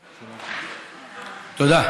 חבר הכנסת, תודה.